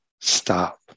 stop